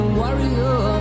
warrior